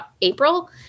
April